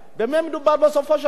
במה מדובר בסופו של דבר?